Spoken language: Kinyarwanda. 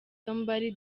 somebody